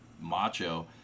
macho